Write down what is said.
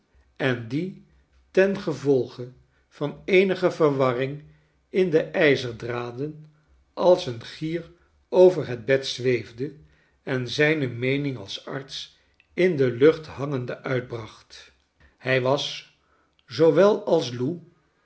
en die ten gevolge van eenige verwarring in de ijzerdraden als een gier over het bed zweefde en zijne meening als arts in de lucht hangende uitbracht hij was zoowel als lou